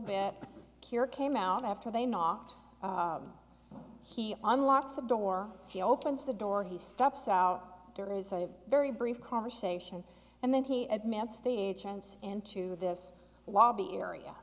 bit cure came out after they knocked he unlocks the door he opens the door he stops out there is a very brief conversation and then he admits the chance into this lobby area